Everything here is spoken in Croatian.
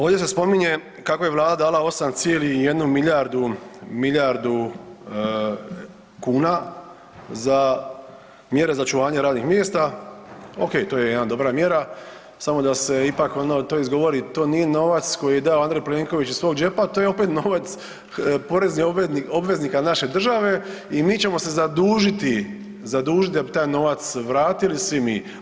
Ovdje se spominje kako je vlada dala 8,1 milijardu, milijardu kuna za mjere za očuvanje radnih mjesta, okej to je jedna dobra mjera, samo da se ipak ono to izgovori to nije novac koji je dao Andrej Plenković iz svog džepa, to je opet novac poreznih obveznika naše države i mi ćemo se zadužiti, zadužiti da bi taj novac vratili svi mi.